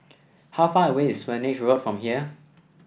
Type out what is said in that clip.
how far away is Swanage Road from here